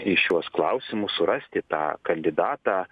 į šiuos klausimus surasti tą kandidatą